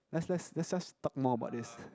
let's let's let's just talk more about this